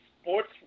sports